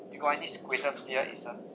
you got any greatest fear eason